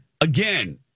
Again